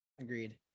Agreed